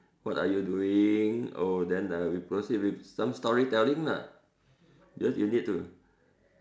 what are you doing oh then we proceed with some storytelling lah because you need to